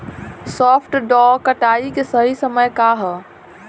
सॉफ्ट डॉ कटाई के सही समय का ह?